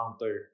counter